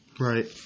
right